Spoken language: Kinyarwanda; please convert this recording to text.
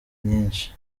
nyinshi